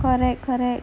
correct correct